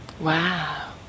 Wow